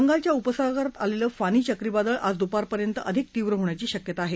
बंगालच्या उपसागरात आलेलं फानी चक्रीवादळ आज दुपारपर्यंत अधिक तीव्र होण्याची शक्यता आहे